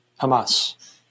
Hamas